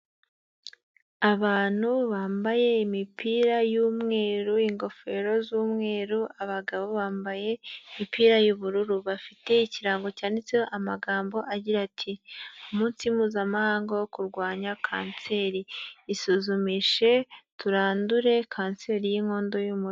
Abantu bambaye imipira y'umweru, ingofero z'umweru, abagabo bambaye imipira y'ubururu, bafite ikirango cyanditseho amagambo agira ati "umunsi mpuzamahanga wo kurwanya kanseri isuzumishe turandure kanseri y'inkondo y'umura."